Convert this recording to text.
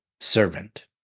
servant